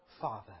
Father